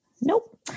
Nope